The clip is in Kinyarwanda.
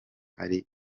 ari